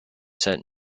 set